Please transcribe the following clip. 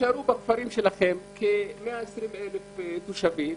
תישארו בכפרים שלכם, כ-120,000 תושבים,